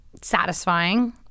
satisfying